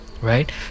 right